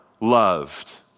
loved